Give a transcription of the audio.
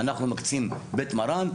אנחנו מקצים בית מרן,